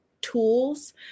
tools